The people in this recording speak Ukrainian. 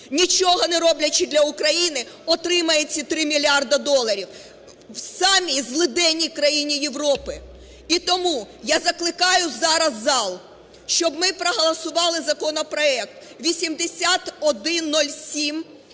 нічого не роблячи для України, отримає ці 3 мільярди доларів в самій злиденній країні Європи? І тому я закликаю зараз зал, щоб ми проголосували законопроект 8107,